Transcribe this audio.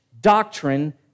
doctrine